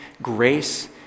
Grace